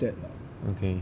okay